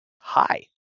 Hi